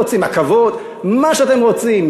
מה שאתם רוצים,